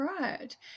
Right